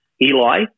Eli